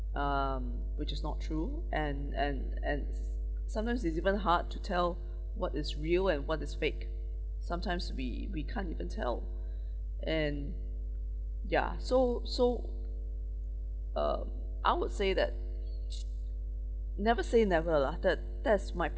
um which is not true and and and sometimes it's even hard to tell what is real and what is fake sometimes we we can't even tell and ya so so um I would say that never say never lah that that is my